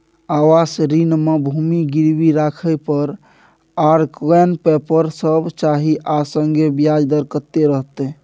आवास ऋण म भूमि गिरवी राखै पर आर कोन पेपर सब चाही आ संगे ब्याज दर कत्ते रहते?